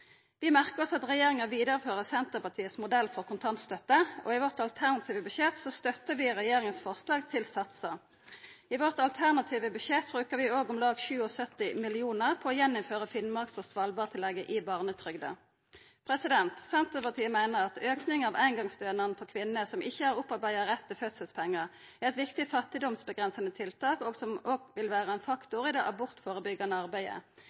Vi merkar oss at regjeringa vidarefører modellen til Senterpartiet for kontantstøtte, og i det alternative budsjettet vårt støttar vi forslaget til satsar frå regjeringa. I det alternative budsjettet vårt bruker vi òg om lag 77 mill. kr på å innføra Finnmarks- og Svalbardtillegget i barnetrygda på nytt. Senterpartiet meiner at ein auke av eingongsstønaden for kvinner som ikkje har opparbeidd seg rett til fødselspengar er eit viktig fattigdomsavgrensande tiltak som òg vil vera ein faktor i det abortførebyggjande arbeidet.